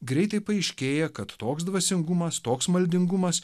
greitai paaiškėja kad toks dvasingumas toks maldingumas